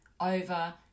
over